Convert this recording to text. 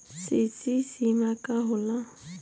CC सीमा का होला?